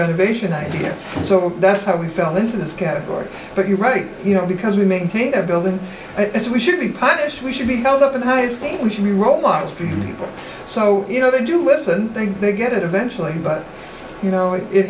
renovation idea so that's how we fell into this category but you're right you know because we maintain a building that's we should be punished we should be held up in high school we should be role models for young people so you know they do listen i think they get it eventually but you know it